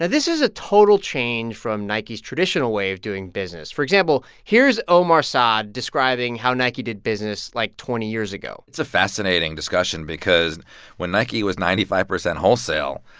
and this is a total change from nike's traditional way of doing business. for example, here's omar saad describing how nike did business, like, twenty years ago it's a fascinating discussion because when nike was ninety five percent wholesale,